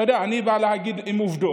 אתה יודע, אני בא להגיד עובדות.